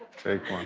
take one.